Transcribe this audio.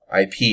IP